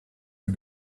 are